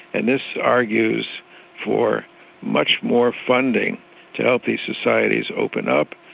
and this argues for much more funding to help these societies open up,